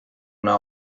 una